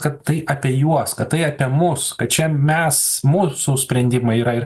kad tai apie juos kad tai apie mus kad čia mes mūsų sprendimai yra ir